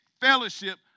fellowship